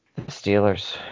Steelers